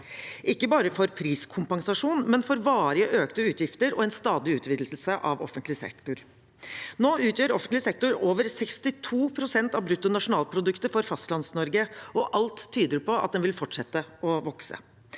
ikke bare for priskompensasjon, men for varig økte utgifter og en stadig utvidelse av offentlig sektor. Nå utgjør offentlig sektor over 62 pst. av bruttonasjonalproduktet for Fastlands-Norge, og alt tyder på at den vil fortsette å vokse.